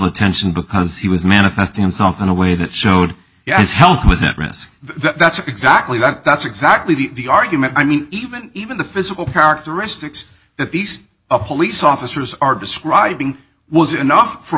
attention because he was manifest himself in a way that showed yes health was at risk that's exactly like that's exactly the argument i mean even even the physical characteristics that these police officers are describing was enough for a